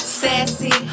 sassy